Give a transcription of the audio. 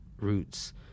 roots